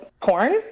porn